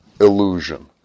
illusion